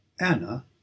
anna